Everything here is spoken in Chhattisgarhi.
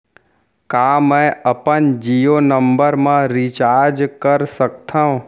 का मैं अपन जीयो नंबर म रिचार्ज कर सकथव?